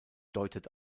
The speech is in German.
deutet